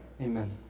Amen